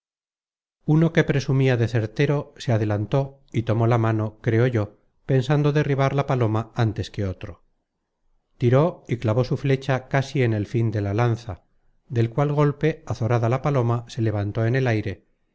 uno que presumia de certero se adelantó y tomó la mano creo yo pensando derribar la paloma antes que otro tiró y clavó su fecha casi en el fin de la lanza del cual golpe azorada la paloma se levantó en el aire